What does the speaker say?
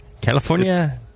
california